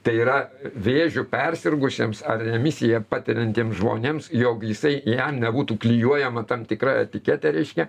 tai yra vėžiu persirgusiems ar remisiją patiriantiems žmonėms jog jisai jam nebūtų klijuojama tam tikra etiketė reiškia